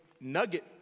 nugget